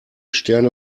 sterne